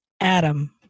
Adam